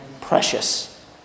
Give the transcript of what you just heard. precious